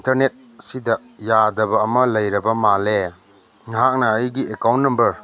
ꯏꯟꯇꯔꯅꯦꯠꯁꯤꯗ ꯌꯥꯗꯕ ꯑꯃ ꯂꯩꯔꯕ ꯃꯥꯜꯂꯦ ꯅꯍꯥꯛꯅ ꯑꯩꯒꯤ ꯑꯦꯀꯥꯎꯟ ꯅꯝꯕꯔ